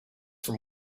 from